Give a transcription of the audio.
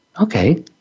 Okay